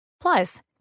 Plus